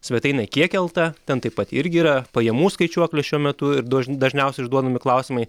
svetainę kiek lt ten taip pat irgi yra pajamų skaičiuoklė šiuo metu ir daž dažniausiai užduodami klausimai